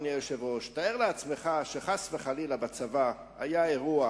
אדוני היושב-ראש: תאר לעצמך שחס וחלילה בצבא היה אירוע